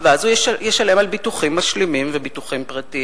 ואז הוא ישלם על ביטוחים משלימים וביטוחים פרטיים.